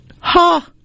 Ha